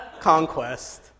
Conquest